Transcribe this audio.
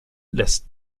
lässt